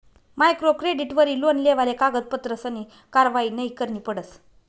micro क्रेडिटवरी loan लेवाले कागदपत्रसनी कारवायी नयी करणी पडस